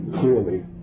clearly